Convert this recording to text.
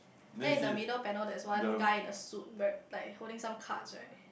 then in the middle panel there is one guy in a suit red tie holding some cards right